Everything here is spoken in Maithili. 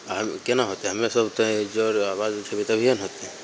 आब कोना होतै हमेसभ तऽ एकजर आवाज उठेबै तभिए ने होतै